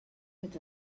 fet